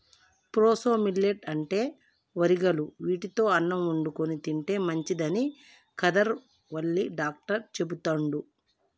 proso millet అంటే వరిగలు వీటితో అన్నం వండుకొని తింటే మంచిదని కాదర్ వల్లి డాక్టర్ చెపుతండు